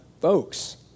folks